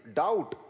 doubt